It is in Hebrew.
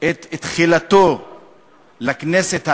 את תחילתו לכנסת העשרים-ואחת,